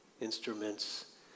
instruments